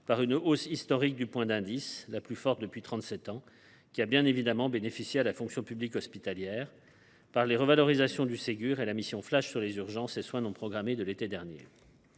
par une hausse historique du point d’indice – la plus forte depuis trente sept ans, qui a bien évidemment bénéficié à la fonction publique hospitalière (FPH) –, par les revalorisations du Ségur et de la mission flash sur les urgences et soins non programmés de l’été dernier.